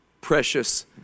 precious